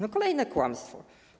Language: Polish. To kolejne kłamstwo.